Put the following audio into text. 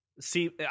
See